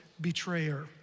betrayer